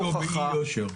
קנינו אותו באי יושר.